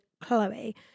Chloe